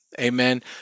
Amen